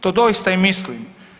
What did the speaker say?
To doista i mislim.